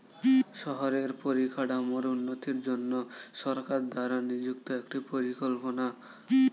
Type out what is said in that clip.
শহরের পরিকাঠামোর উন্নতির জন্য সরকার দ্বারা নিযুক্ত একটি পরিকল্পনা